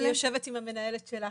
אני יושבת עם המנהלת שלה,